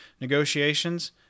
negotiations